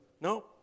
No